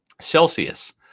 Celsius